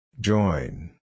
Join